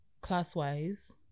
class-wise